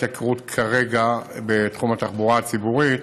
כרגע לא צפויה התייקרות בתחום התחבורה הציבורית